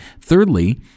Thirdly